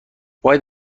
باید